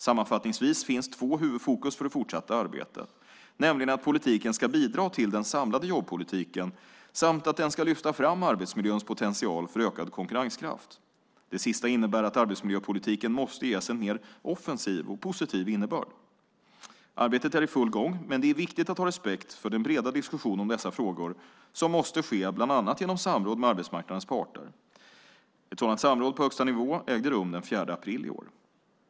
Sammanfattningsvis finns två huvudfokus för det fortsatta arbetet, nämligen att politiken ska bidra till den samlade jobbpolitiken samt att den ska lyfta fram arbetsmiljöns potential för ökad konkurrenskraft. Det sistnämnda innebär att arbetsmiljöpolitiken måste ges en mer offensiv och positiv innebörd. Arbetet är i full gång men det är viktigt att ha respekt för den breda diskussion om dessa frågor som måste ske bland annat genom samråd med arbetsmarknadens parter. Ett sådant samråd på högsta nivå ägde rum den 4 april i år.